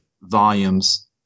volumes